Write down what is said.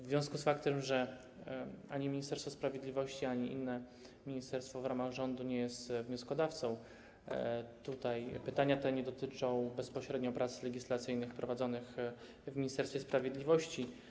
W związku z faktem, że ani Ministerstwo Sprawiedliwości, ani inne ministerstwo w ramach rządu nie jest wnioskodawcą, te pytania nie dotyczą bezpośrednio prac legislacyjnych prowadzonych w Ministerstwie Sprawiedliwości.